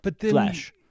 Flesh